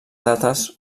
dates